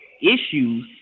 issues